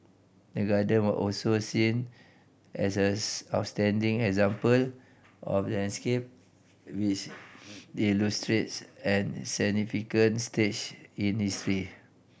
the Garden were also seen as as outstanding example of a landscape which illustrates a significant stage in history